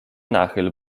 nachyl